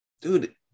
dude